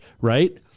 right